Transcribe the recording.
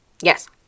Yes